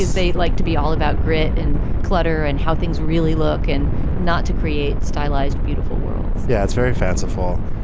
they like to be all about grit and clutter and how things really look and not to create stylized, beautiful worlds yeah, it's very fanciful.